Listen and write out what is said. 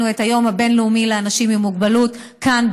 את היום הבין-לאומי לאנשים עם מוגבלות כאן,